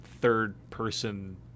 third-person